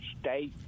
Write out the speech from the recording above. state